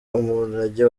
umurage